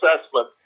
assessment